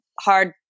hard